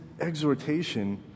exhortation